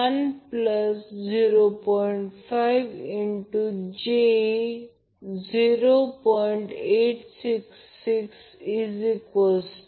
तसे केल्यास IAB किंवा ICA एरियाइंटीजरZ ∆ Z